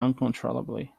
uncontrollably